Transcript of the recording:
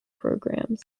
programs